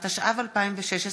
התשע"ו 2016,